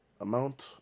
Amount